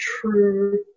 true